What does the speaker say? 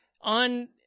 on